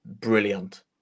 brilliant